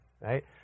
Right